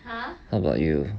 what about you